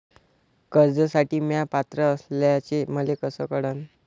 कर्जसाठी म्या पात्र असल्याचे मले कस कळन?